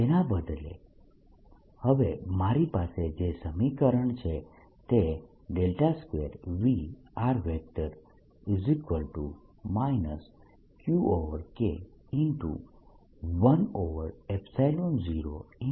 તેના બદલે હવે મારી પાસે જે સમીકરણ છે તે 2V 10δ છે